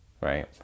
right